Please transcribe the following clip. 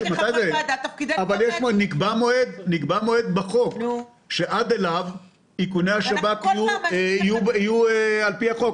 נקבע מועד בחוק שעד אליו איכוני השב"כ יהיו על פי החוק,